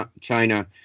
China